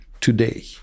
today